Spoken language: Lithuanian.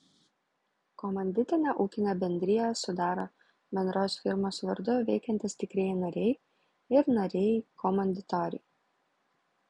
komanditinę ūkinę bendriją sudaro bendros firmos vardu veikiantys tikrieji nariai ir nariai komanditoriai